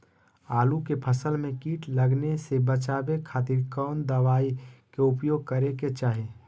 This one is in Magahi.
आलू के फसल में कीट लगने से बचावे खातिर कौन दवाई के उपयोग करे के चाही?